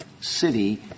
city